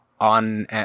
on